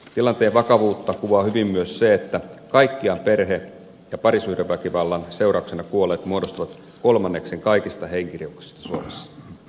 tilanteen vakavuutta kuvaa hyvin myös se että kaikkiaan perhe ja parisuhdeväkivallan seurauksena kuolleet muodostavat kolmanneksen kaikista henkirikoksissa surmansa saaneista suomessa